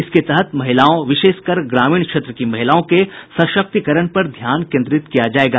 इसके तहत महिलाओं विशेषकर ग्रामीण क्षेत्र की महिलाओं के सशक्तिकरण पर ध्यान केन्द्रित किया जायेगा